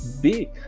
big